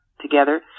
together